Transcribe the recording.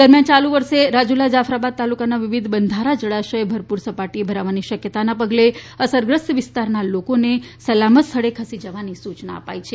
દરમિયાન ચાલુ વર્ષે રાજુલા જાફરાબાદ તાલુકાના વિવિધ બંધારા જળાશય ભરપુર સપાટીએ ભરાવવાની શકયતાના પગલે અસરગ્રસ્ત વિસ્તારના લોકોને સલામત સ્થળે ખસી જવાની સૂચના અપાઇ છે